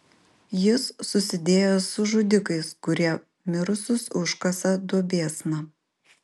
jis susidėjo su žudikais kurie mirusius užkasa duobėsna